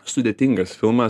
sudėtingas filmas